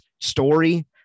story